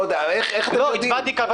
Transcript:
איך אתם יודעים?